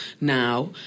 now